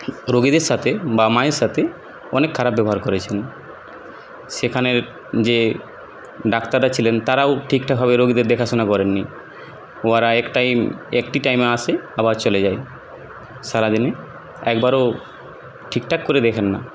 রোগীদের সাথে বা মায়ের সাথে অনেক খারাপ ব্যবহার করেছিলেন সেখানের যে ডাক্তাররা ছিলেন তারাও ঠিকঠাকভাবে রোগীদের দেখাশোনা করেননি উহারা এক টাইম একটি টাইমে আসে আবার চলে যায় সারাদিনে একবারও ঠিকঠাক করে দেখেন না